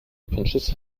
pinches